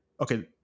Okay